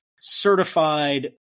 certified